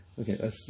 Okay